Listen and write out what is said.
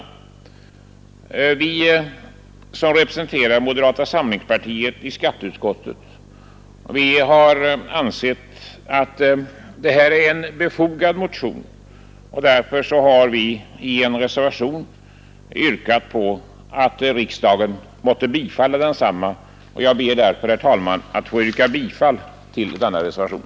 Vi som representerar moderata samlingspartiet i skatteutskottet har ansett att det här är en befogad motion, och därför har vi i en reservation yrkat på att riksdagen måtte bifalla densamma. Jag ber, herr talman, att få yrka bifall till denna reservation.